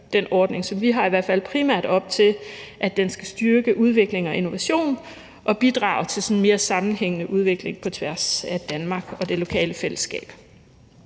den ordning, som vi har lagt frem, i hvert fald primært op til, at den skal styrke udvikling og innovation og bidrage til en sådan mere sammenhængende udvikling på tværs af Danmark og det lokale fællesskab.